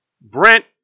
Brent